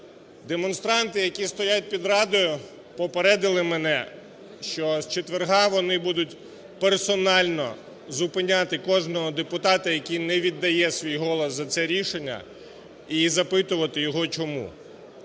Демонстранти, які стоять під Радою попередили мене, що з четверга вони будуть персонально зупиняти кожного депутата, який не віддає свій голос за це рішення і запитувати його чому.